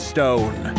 Stone